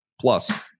plus